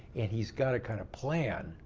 and he's got a kind of plan,